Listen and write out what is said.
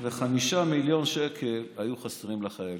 ו-5 מיליון שקלים היו חסרים לחיילים.